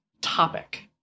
topic